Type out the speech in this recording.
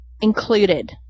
included